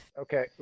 Okay